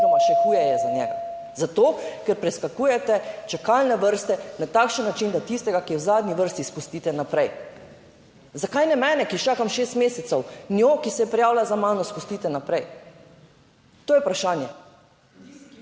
še huje je za njega. Zato, ker preskakujete čakalne vrste na takšen način, da tistega, ki je v zadnji vrsti, spustite naprej. Zakaj ne mene, ki čakam šest mesecev, njo, ki se je prijavila za mano, spustite naprej. To je vprašanje.